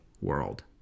world